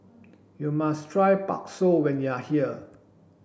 you must try Bakso when you are here